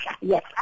Yes